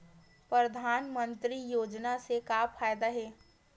परधानमंतरी योजना से का फ़ायदा हे?